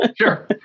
Sure